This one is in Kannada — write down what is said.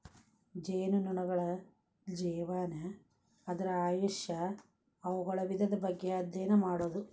ಜೇನುನೊಣಗಳ ಜೇವನಾ, ಅದರ ಆಯುಷ್ಯಾ, ಅವುಗಳ ವಿಧದ ಬಗ್ಗೆ ಅದ್ಯಯನ ಮಾಡುದು